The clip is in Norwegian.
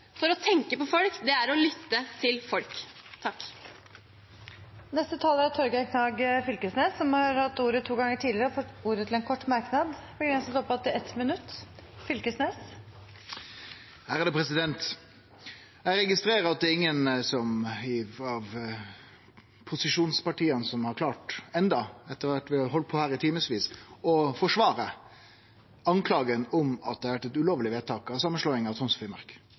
for å skape sammenslåingen først. Og dere burde ha tenkt på folk, for å tenke på folk er å lytte til folk. Representanten Torgeir Knag Fylkesnes har hatt ordet to ganger tidligere og får ordet til en kort merknad, begrenset til 1 minutt. Eg registrerer at ingen frå posisjonspartia enno, etter at vi har halde på her i timevis, har klart å forsvare klagemålet om at samanslåinga av Troms og Finnmark